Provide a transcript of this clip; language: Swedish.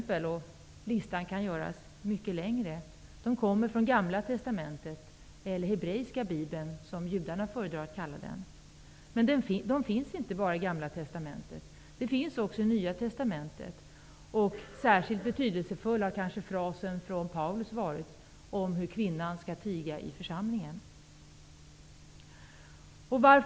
De flesta av dessa exempel kommer från Gamla testamentet eller den hebreiska bibeln, som judarna föredrar att kalla den. Dessa exempel förekommer dock inte bara i Gamla testamentet. De förekommer också i Nya testamentet. Särskilt betydelsefull har kanske Paulus fras blivit om att kvinnan skall tiga i församlingen.